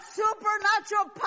supernatural